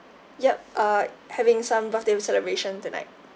yup uh having some birthday celebration tonight